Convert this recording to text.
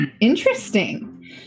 Interesting